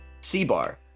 C-Bar